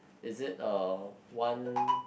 is it uh one